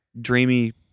dreamy